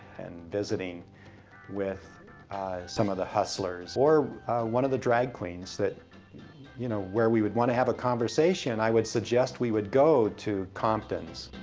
and visiting with some of the hustlers, or one of the drag queens, that you know where, we would want to have a conversation, i would suggest we would go to compton's.